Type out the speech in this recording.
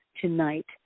tonight